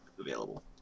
available